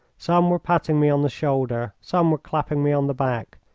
some were patting me on the shoulder, some were clapping me on the back,